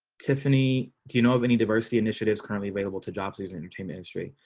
tiffany do you know of any diversity initiatives currently available to jobs as entertainment industry,